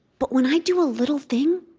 but when i do a little thing,